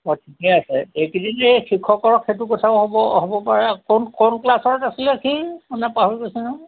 বা ঠিকে আছে এইকেদিন এই শিক্ষকৰ সেইটো সেইটো কথাও হ'ব হ'ব পাৰে আ কোন কোন ক্লাছত আছিলে সি মানে পাহৰি গৈছোঁ নহয়